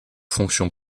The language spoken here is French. fonction